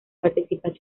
partición